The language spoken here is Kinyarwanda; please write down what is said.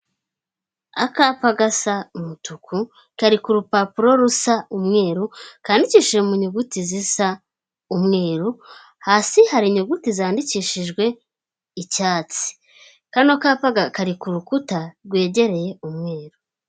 Akapa gasa umutuku kari ku rupapuro rusa umweru kandikishije mu nyuguti zisa umweru, hasi hari inyuguti zandikishijwe icyats, kano kapa kari ku rukuta rwegereye umweru.